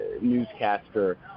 newscaster